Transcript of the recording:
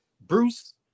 Bruce